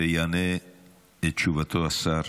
יענה את תשובתו השר,